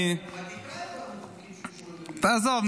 תעזוב,